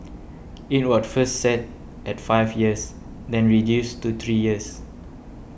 it was first set at five years then reduced to three years